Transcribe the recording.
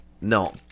No